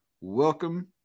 welcome